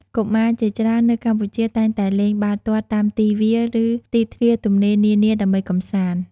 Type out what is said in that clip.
កុមារជាច្រើននៅកម្ពុជាតែងតែលេងបាល់ទាត់តាមទីវាល ឬទីធ្លាទំនេរនានាដើម្បីកម្សាន្ត។